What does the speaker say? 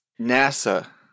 NASA